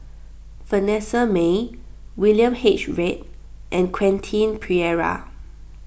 Vanessa Mae William H Read and Quentin Pereira